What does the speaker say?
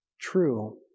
true